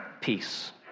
peace